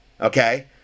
Okay